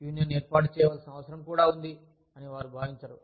union ఏర్పాటు చేయవలసిన అవసరం కూడా ఉంది అని వారు భావించరు